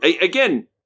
Again